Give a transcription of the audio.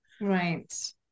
Right